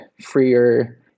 freer